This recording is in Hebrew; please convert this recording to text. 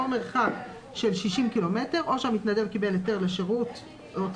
או מרחק של 60 קילומטר או שהמתנדב קיבל היתר לשירות,